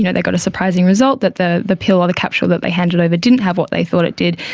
you know they got a surprising result, that the the pill or the capsule that they handed over didn't have what they thought it did,